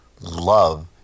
love